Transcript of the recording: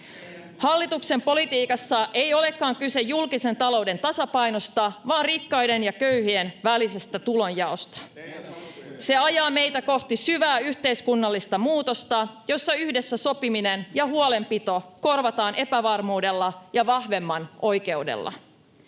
Hallituksen politiikassa ei olekaan kyse julkisen talouden tasapainosta, vaan rikkaiden ja köyhien välisestä tulonjaosta. Se ajaa meitä kohti syvää yhteiskunnallista muutosta, jossa yhdessä sopiminen ja huolenpito korvataan epävarmuudella ja vahvemman oikeudella.